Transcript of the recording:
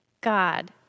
God